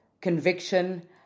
conviction